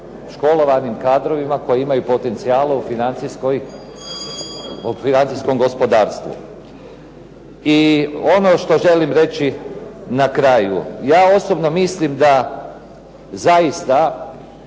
školovanim kadrovima koji imaju potencijala u financijskom gospodarstvu. I ono što želim reći na kraju. Ja osobno mislim da zaista